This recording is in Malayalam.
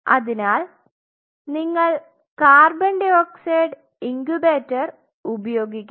അതിനാൽ നിങ്ങൾ co2 ഇങ്കുബേറ്റർ ഉപയോഗിക്കണം